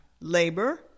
labor